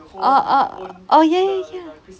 orh orh oh ya ya ya